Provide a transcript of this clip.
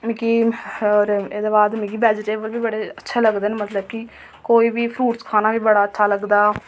मिकी एहदे बाद मिकी वैजीटेबल बडे़ अच्छे लगदे न कि कोई बी फ्रूट खाना मिगी बड़ा अच्छा लगदा